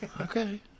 Okay